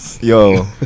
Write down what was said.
yo